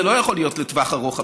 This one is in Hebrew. זה לא יכול להיות פתרון לטווח ארוך.